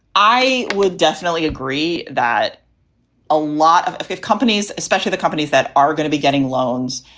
i would definitely agree that a lot of of companies, especially the companies that are going to be getting loans.